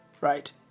right